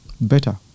better